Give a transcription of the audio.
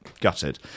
gutted